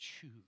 choose